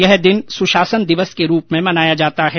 यह दिन सुशासन दिवस के रूप में मनाया जाता है